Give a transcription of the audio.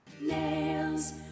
Nails